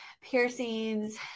piercings